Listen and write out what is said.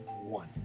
one